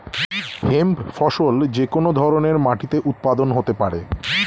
hemp ফসল যে কোন ধরনের মাটিতে উৎপাদন হতে পারে